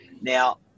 Now